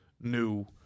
new